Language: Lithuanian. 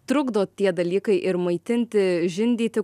trukdo tie dalykai ir maitinti žindyti